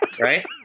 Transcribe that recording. Right